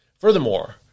Furthermore